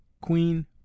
queen